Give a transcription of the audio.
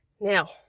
Now